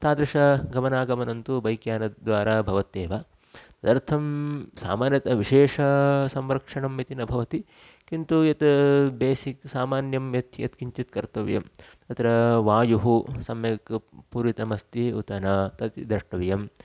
तादृशगमनागमनं तु बैक् यानद्वारा भवत्येव तदर्थं सामान्यत विशेषसंरक्षणम् इति न भवति किन्तु यत् बेसिक् सामान्यं यत् यत् किञ्चित् कर्तव्यं तत्र वायुः सम्यक् पूरितमस्ति उत न तत् द्रष्टव्यम्